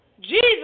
Jesus